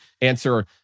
answer